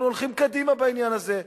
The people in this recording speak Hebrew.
אנחנו הולכים קדימה בעניין הזה.